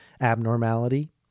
abnormality